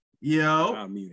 Yo